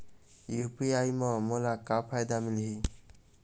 UPI म मोला का फायदा मिलही?